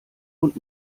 und